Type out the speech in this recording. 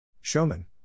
Showman